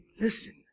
listen